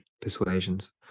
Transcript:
persuasions